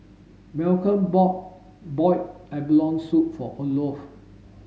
Malcolm bought boiled abalone soup for Olof